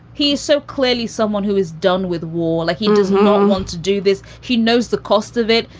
he so clearly someone who is done with war, like he does not want to do this. he knows the cost of it.